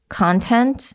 content